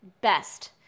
best